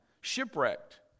shipwrecked